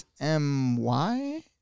M-Y